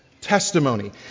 testimony